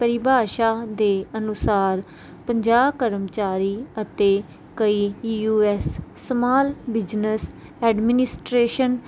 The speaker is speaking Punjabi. ਪਰਿਭਾਸ਼ਾ ਦੇ ਅਨੁਸਾਰ ਪੰਜਾਹ ਕਰਮਚਾਰੀ ਅਤੇ ਕਈ ਹੀ U S small business administration